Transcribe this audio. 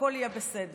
הכול יהיה בסדר.